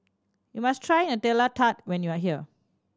you must try Nutella Tart when you are here